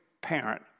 parent